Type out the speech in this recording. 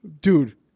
Dude